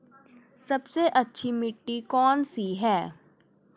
सबसे अच्छी मिट्टी कौन सी है?